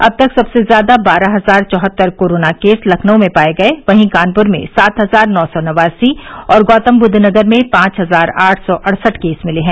अब तक सबसे ज्यादा बारह हजार चौहत्तर कोरोना केस लखनऊ में पाए गए वहीं कानपुर में सात हजार नौ सौ नवासी और गौतम बुध नगर में पांच हजार आठ सौ अड़सठ केस मिले हैं